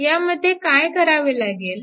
यामध्ये काय करावे लागते